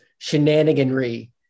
shenaniganry